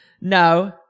No